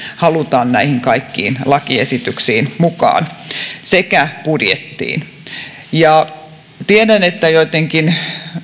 halutaan näihin kaikkiin lakiesityksiin sekä budjettiin mukaan tiedän että joittenkin